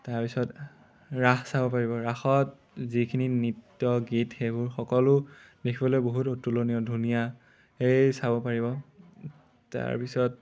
তাৰপিছত ৰাস চাব পাৰিব ৰাসত যিখিনি নৃত্য গীত সেইবোৰ সকলো দেখিবলৈ বহুত অতুলনীয় ধুনীয়া এই চাব পাৰিব তাৰপিছত